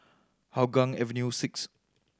Hougang Avenue Six